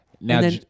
Now